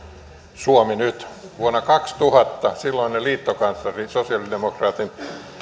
suomi nyt vuonna kaksituhatta silloinen liittokansleri sosialidemokraattien